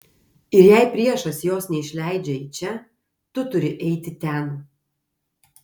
ir jei priešas jos neišleidžia į čia tu turi eiti ten